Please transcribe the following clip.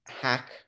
hack